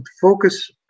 focus